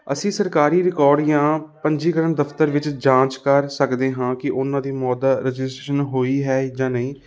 ਅਸੀਂ ਸਰਕਾਰੀ ਰਿਕੋਡ ਜਾਂ ਪੰਜੀਕਰਨ ਦਫਤਰ ਵਿੱਚ ਜਾਂਚ ਕਰ ਸਕਦੇ ਹਾਂ ਕਿ ਉਨ੍ਹਾਂ ਦੀ ਮੌਤ ਦਾ ਰਜਿਸਟਰੇਸ਼ਨ ਹੋਈ ਹੈ ਜਾਂ ਨਹੀਂ